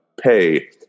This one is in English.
pay